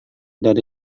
dari